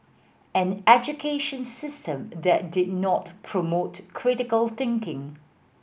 an education system that did not promote critical thinking